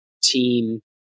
team